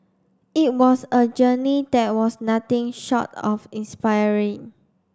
it was a journey that was nothing short of inspiring